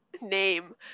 name